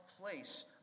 place